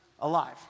alive